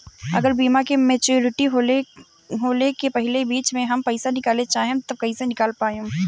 अगर बीमा के मेचूरिटि होला के पहिले ही बीच मे हम पईसा निकाले चाहेम त कइसे निकाल पायेम?